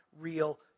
real